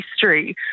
history